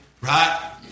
Right